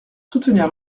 soutenir